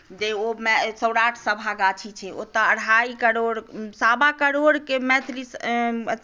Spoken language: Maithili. जे ओ मे सौराठ सभागाछी छै ओतय अढ़ाइ करोड़ सवा करोड़के मैथिली